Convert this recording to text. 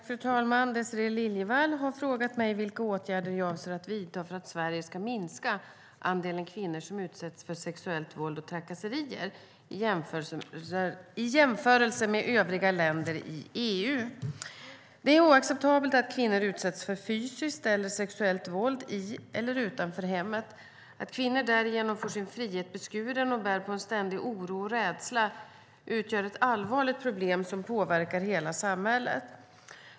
Fru talman! Désirée Liljevall har frågat mig vilka åtgärder jag avser att vidta för att Sverige ska minska andelen kvinnor som utsätts för sexuellt våld och trakasserier i jämförelse med övriga länder i EU. Det är oacceptabelt att kvinnor utsätts för fysiskt eller sexuellt våld i eller utanför hemmet. Att kvinnor därigenom får sin frihet beskuren och bär på en ständig oro och rädsla utgör ett allvarligt problem som påverkar hela samhället.